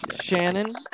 shannon